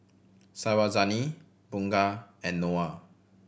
Syazwani Bunga and Noah